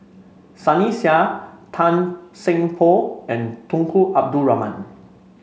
Sunny Sia Tan Seng Poh and Tunku Abdul Rahman